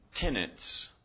tenants